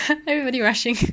everybody rushing